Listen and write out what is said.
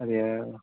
അതെയോ